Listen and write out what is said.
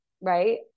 right